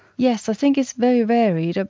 yeah so think it's very varied.